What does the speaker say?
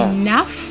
enough